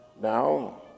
Now